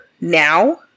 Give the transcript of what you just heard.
now